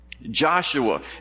Joshua